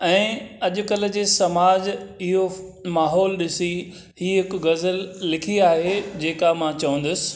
ऐं अॼुकल्ह जे समाज इहो माहौल ॾिसी ई हिकु ग़ज़लु लिखी आहे जेका मां चवंदुसि